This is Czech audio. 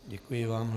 Děkuji vám.